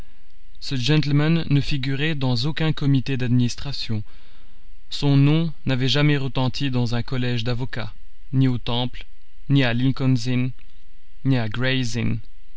ce gentleman ne figurait dans aucun comité d'administration son nom n'avait jamais retenti dans un collège d'avocats ni au temple ni à lincolns inn ni à